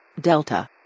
Delta